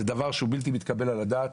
זה דבר שהוא בלתי מתקבל על הדעת.